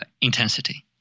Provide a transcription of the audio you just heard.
intensity